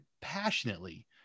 passionately